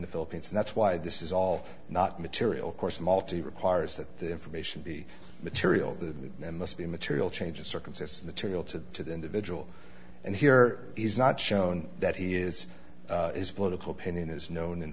the philippines and that's why this is all not material course malty requires that the information be material that must be a material change of circumstance material to the to the individual and here is not shown that he is his political opinion is known in